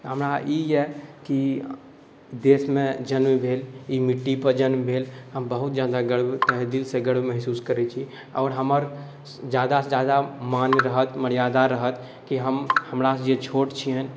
हमरा ई अइ कि देशमे जन्म भेल ई मिट्टीपर जन्म भेल हम बहुत ज्यादा गर्व तहे दिलसँ गर्व महसूस करै छी आओर हमर ज्यादासँ ज्यादा मान रहत मर्यादा रहत कि हम हमरासँ जे छोट छिअनि